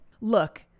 look